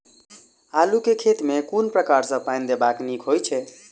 आलु केँ खेत मे केँ प्रकार सँ पानि देबाक नीक होइ छै?